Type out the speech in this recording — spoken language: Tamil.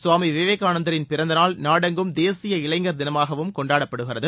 சுவாமி விவேகானந்தரின் பிறந்தநாள் நாடெங்கும் தேசிய இளைஞர் தினமாகவும் கொண்டாடப்படுகிறது